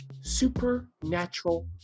supernatural